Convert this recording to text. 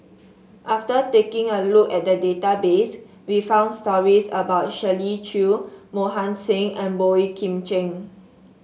after taking a look at the database we found stories about Shirley Chew Mohan Singh and Boey Kim Cheng